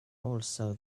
also